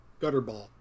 Gutterball